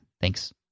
Thanks